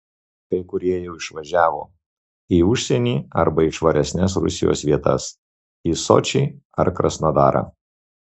kai kurie jau išvažiavo į užsienį arba į švaresnes rusijos vietas į sočį ar krasnodarą